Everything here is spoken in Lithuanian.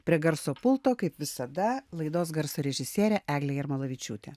prie garso pulto kaip visada laidos garso režisierė eglė jarmolavičiūtė